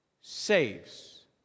Saves